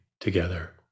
together